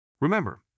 Remember